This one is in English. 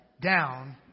Down